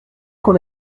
qu’on